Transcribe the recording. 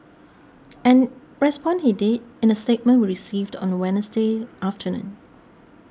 and respond he did in a statement we received on the Wednesday afternoon